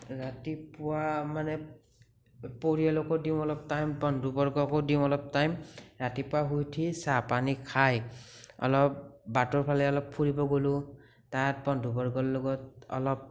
ৰাতিপুৱা মানে পৰিয়ালকো দিওঁ অলপ টাইম বন্ধুবৰ্গকো দিওঁ অলপ টাইম ৰাতিপুৱা শুই উঠি চাহ পানী খাই অলপ বাটৰ ফালে অলপ ফুৰিব গ'লো তাত বন্ধুবৰ্গৰ লগত অলপ